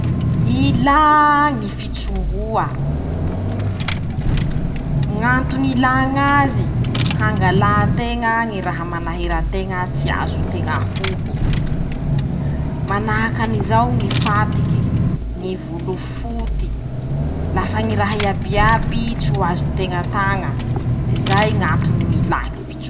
Ilàa ñy fitsongoa, ñ'antony ilàñ'azy: -Hangalanteña ñy raha manahira teña tsy azo teña hoho, manahakan'izao ñy fatike, ñy volofoty, lafa ñy raha iabiaby tso azonteña taña, zay Ñ'antony ñ'ilà fitsongoa.